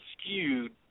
skewed